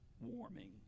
warming